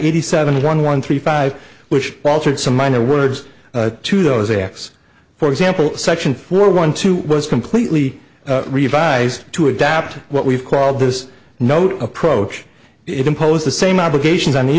eighty seven one one three five which altered some minor words to those acts for example section four one two was completely revised to adapt what we've called this note approach it impose the same obligations